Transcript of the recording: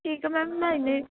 ਠੀਕ ਹੈ ਮੈਮ ਮੈਂ ਇੰਨੇ